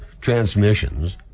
transmissions